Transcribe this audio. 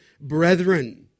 brethren